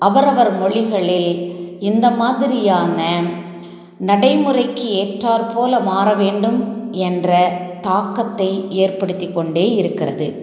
அவரவர் மொழிகளில் இந்த மாதிரியான நடைமுறைக்கு ஏற்றாற்போல் மாற வேண்டும் என்ற தாக்கத்தை ஏற்படுத்தி கொண்டே இருக்கிறது